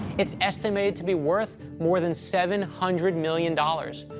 it's estimated to be worth more than seven hundred million dollars.